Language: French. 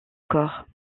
corps